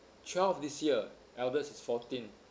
twelve this year eldest is fourteen